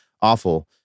awful